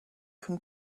can